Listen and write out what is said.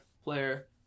player